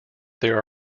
there